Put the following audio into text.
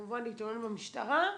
כמובן להתלונן במשטרה,